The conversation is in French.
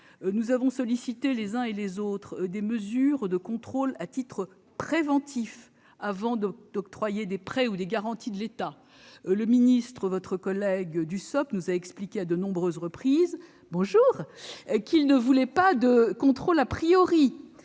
nous avons sollicité, les uns et les autres, des mesures de contrôle à titre préventif avant d'octroyer des prêts ou des garanties de l'État. Le ministre, votre collègue Olivier Dussopt, nous a expliqué à de nombreuses reprises qu'il ne voulait pas de contrôle.